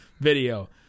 video